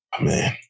Man